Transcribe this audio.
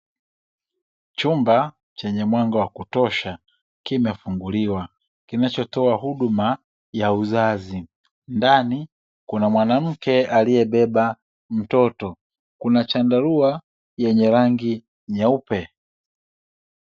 Chumba chenye mwanga wa kutosha kimefunguliwa, kinachotoa huduma ya uzazi. Ndani kuna mwanamke aliyebeba mtoto na kuna chandarua yenye rangi nyeupe.